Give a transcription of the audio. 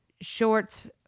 shorts